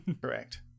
Correct